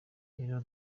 rero